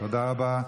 תודה רבה.